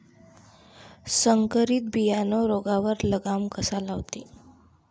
संकरीत बियानं रोगावर लगाम कसा लावते?